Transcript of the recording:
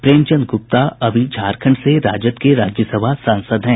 प्रेमचंद गुप्ता अभी झारखंड से राजद के राज्यसभा सांसद हैं